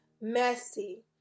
messy